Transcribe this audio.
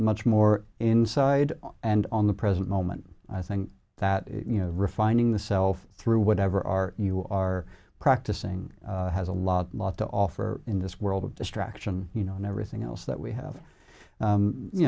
much more inside and on the present moment i think that you know refining the self through whatever our you are practicing has a lot lot to offer in this world of distraction you know and everything else that we have